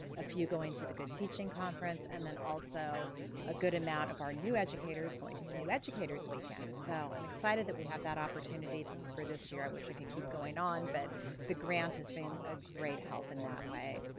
a few going to the good teaching conference and then also a good amount of our new educators going to the new educators weekend, so i'm excited that we have that opportunity for this year. i wish i could keep going on, but the grant has been a great help in that way.